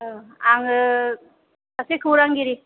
आङो सासे खौरांगिरि